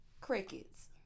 Crickets